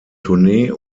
tournee